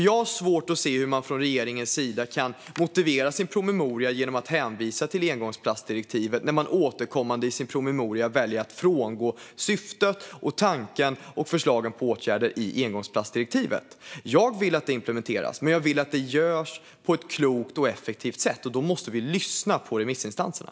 Jag har svårt att se hur man från regeringens sida kan motivera sin promemoria genom att hänvisa till engångsplastdirektivet, när man återkommande i sin promemoria väljer att frångå syftet med och tanken och förslagen på åtgärder i engångsplastdirektivet. Jag vill att det implementeras. Men jag vill att det görs på ett klokt och effektivt sätt, och då måste vi lyssna på remissinstanserna.